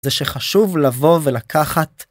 זה שחשוב לבוא ולקחת.